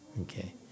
okay